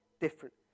different